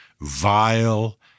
vile